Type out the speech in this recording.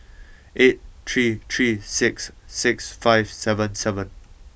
eight three three six six five seven seven